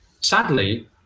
Sadly